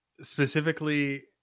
specifically